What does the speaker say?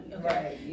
Right